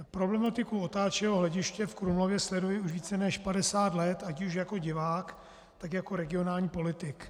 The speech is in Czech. Problematiku otáčivého hlediště v Krumlově sleduji už více než padesát let, ať už jako divák, tak jako regionální politik.